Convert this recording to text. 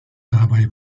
dabei